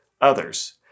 others